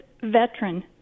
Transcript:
veteran